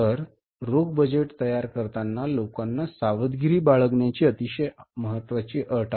तर रोख बजेट तयार करताना लोकांना सावधगिरी बाळगण्याची अतिशय महत्त्वाची अट